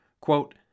Quote